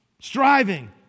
Striving